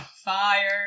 fire